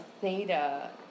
theta